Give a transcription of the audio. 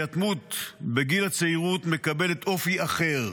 היתמות בגיל הצעירות מקבלת אופי אחר.